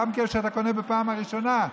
גם כשאתה קונה בפעם הראשונה.